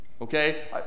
okay